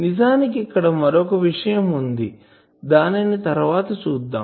నిజానికి ఇక్కడ మరొక విషయం వుంది దానిని తరువాత చూద్దాం